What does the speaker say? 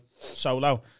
solo